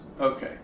Okay